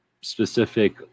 specific